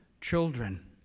children